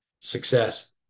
Success